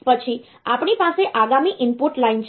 પછી આપણી પાસે આગામી ઇનપુટ લાઇન છે જે હોલ્ડ લાઇન છે